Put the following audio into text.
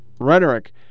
rhetoric